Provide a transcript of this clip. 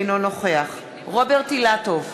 אינו נוכח רוברט אילטוב,